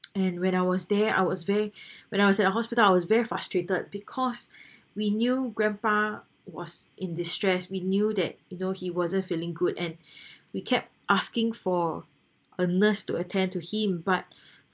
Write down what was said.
and when I was there I was where when I was at the hospital I was very frustrated because we knew grandpa was in distress we knew that you know he wasn't feeling good and we kept asking for a nurse to attend to him but